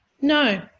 no